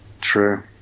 true